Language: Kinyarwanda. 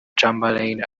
chamberlain